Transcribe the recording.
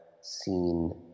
seen